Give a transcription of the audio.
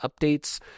updates